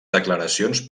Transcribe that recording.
declaracions